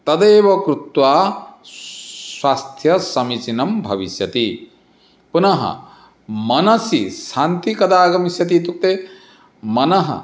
तदेव कृत्वा स्वास्थ्यं समिचीनं भविष्यति पुनः मनसि शान्तिः कदा आगमिष्यति इत्युक्ते मनः